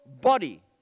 body